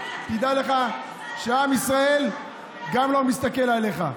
תדע לך שעם ישראל גם לא מסתכל עליך.